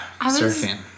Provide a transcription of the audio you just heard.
surfing